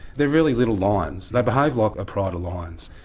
they're really little lions, they behave like a pride of lions.